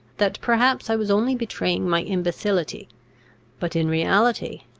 that perhaps i was only betraying my imbecility but in reality,